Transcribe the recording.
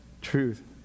truth